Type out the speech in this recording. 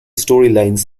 storylines